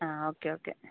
ആ okay okay